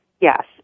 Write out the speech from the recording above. yes